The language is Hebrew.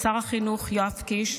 לשר החינוך יואב קיש,